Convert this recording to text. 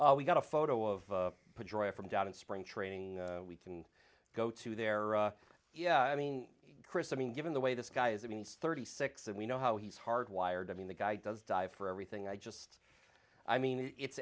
we've got a photo of the drive from down in spring training we can go to there are yeah i mean chris i mean given the way this guy is i mean he's thirty six and we know how he's hard wired i mean the guy does die for everything i just i mean it's